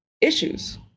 issues